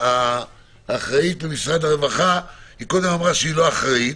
האחראית ממשרד הרווחה אמרה, שהיא לא אחראית,